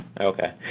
Okay